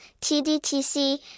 TDTC